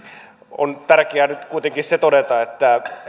on tärkeää nyt kuitenkin se todeta että